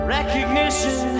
Recognition